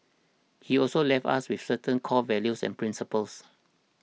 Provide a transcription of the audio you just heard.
he also left us with certain core values and principles